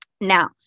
Now